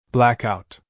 Blackout